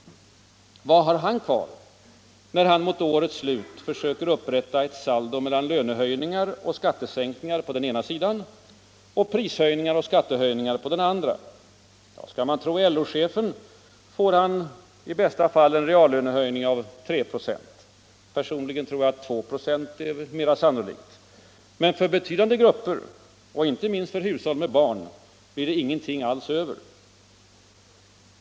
Vad har han kvar, när han mot årets slut försöker upprätta ett saldo mellan lönehöjningar och skattesänkningar å ena sidan och prishöjningar och skattehöjningar å den andra? Skall man tro LO-chefen, får han i bästa fall en reallönehöjning av 3 96, personligen tror jag att 2 96 är mera sannolikt. Men för betydande grupper och inte minst för hushåll med barn blir det ingenting alls över.